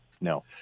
no